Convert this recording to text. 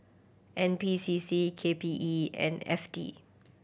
N P C C K P E and F T